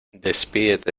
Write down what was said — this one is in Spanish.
despídete